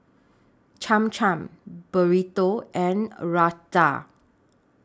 Cham Cham Burrito and Raita